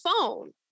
phone